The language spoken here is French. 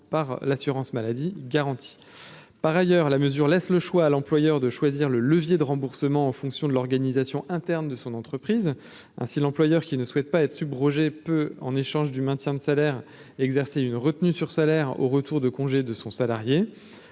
par ailleurs la mesure laisse le choix à l'employeur de choisir le levier de remboursement en fonction de l'organisation interne de son entreprise, ainsi l'employeur qui ne souhaite pas être sub-Roger peut en échange du maintien de salaire exercer une retenue sur salaire, au retour de congé de son salarié,